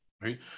right